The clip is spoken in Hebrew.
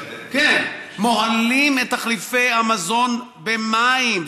מוהלים את תחליפי המזון במים.